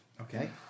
Okay